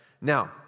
Now